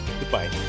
Goodbye